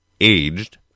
aged